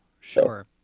Sure